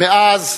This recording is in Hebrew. מאז